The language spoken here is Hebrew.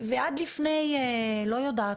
ועד לפני לא יודעת,